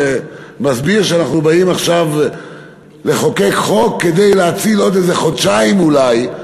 ומסביר שאנחנו באים עכשיו לחוקק חוק כדי להציל עוד איזה חודשיים אולי,